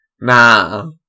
Nah